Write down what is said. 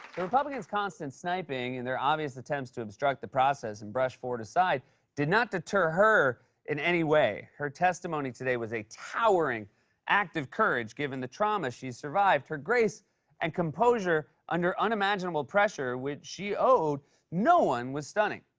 the republicans' constant sniping and their obvious attempts to obstruct the process and brush ford aside did not deter her in any way. her testimony today was a towering act of courage given the trauma she's survived. her grace and composure under unimaginable pressure which she owed no one was stunning.